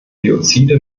biozide